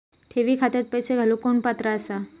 ठेवी खात्यात पैसे घालूक कोण पात्र आसा?